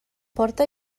porta